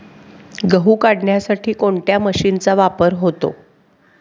गहू काढण्यासाठी कोणत्या मशीनचा वापर होतो?